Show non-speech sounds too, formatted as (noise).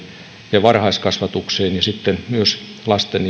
ja varhaiskasvatukseen ja sitten myös lasten (unintelligible)